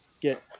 get